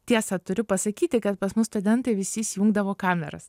tiesa turiu pasakyti kad pas mus studentai visi įjungdavo kameras